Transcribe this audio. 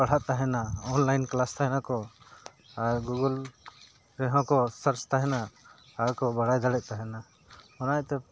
ᱯᱟᱲᱦᱟᱜ ᱛᱟᱦᱮᱱᱟ online class ᱛᱟᱦᱮᱱᱟᱠᱚ ᱟᱨ ᱜᱩᱜᱳᱞ ᱨᱮᱦᱚᱸ ᱠᱚ ᱥᱟᱨᱪ ᱛᱟᱦᱮᱱᱟ ᱟᱨ ᱠᱚ ᱵᱟᱲᱟᱭ ᱫᱟᱲᱮᱜ ᱛᱟᱦᱮᱱᱟ ᱚᱱᱟ ᱤᱭᱟᱹᱛᱮ